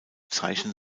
zeichnen